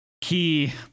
key